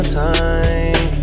time